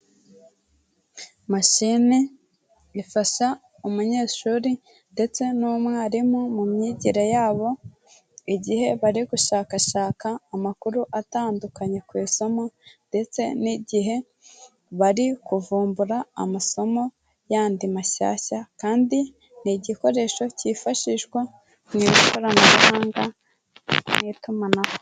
Mashine ifasha umunyeshuri ndetse n'umwarimu mu myigire yabo, igihe bari gushakashaka amakuru atandukanye ku isomo ndetse n'igihe bari kuvumbura amasomo yandi mashyashya, kandi ni igikoresho kifashishwa mu ikoranabuhanga n'itumanaho.